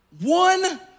One